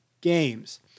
games